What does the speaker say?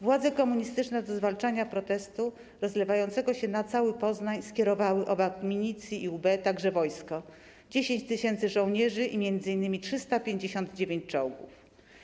Władze komunistyczne do zwalczenia protestu, rozlewającego się na cały Poznań, skierowały obok milicji i UB, także wojsko: 10 tys. żołnierzy i m.in. 359 czołgów.